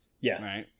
yes